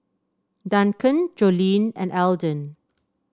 Duncan Jolene and Elden